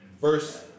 first